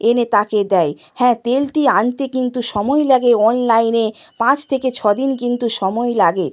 এনে তাকে দেয় হ্যাঁ তেলটি আনতে কিন্তু সময় লাগে অনলাইনে পাঁচ থেকে ছ দিন কিন্তু সময় লাগে